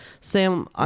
Sam